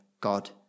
God